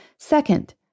Second